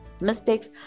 mistakes